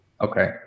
Okay